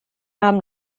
haben